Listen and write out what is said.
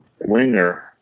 winger